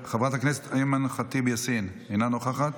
חברת הכנסת אימאן ח'טיב יאסין, אינה נוכחת,